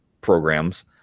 programs